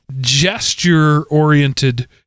gesture-oriented